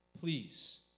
please